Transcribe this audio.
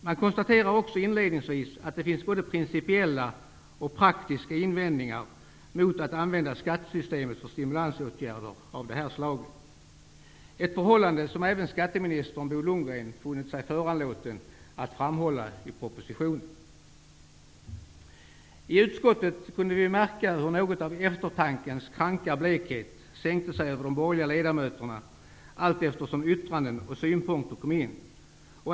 Man konstaterar inledningsvis också att det finns både principiella och praktiska invändningar mot att använda skattesystemet för stimulansåtgärder av det här slaget, ett förhållande som även skatteminister Bo Lundgren funnit sig föranlåten att framhålla i propositionen. I utskottet kunde vi märka hur något av eftertankens kranka blekhet sänkte sig över de borgerliga ledamöterna allteftersom yttranden och synpunkter kom in.